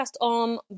on